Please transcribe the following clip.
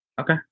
Okay